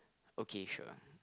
okay sure